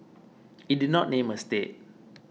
it did not name a state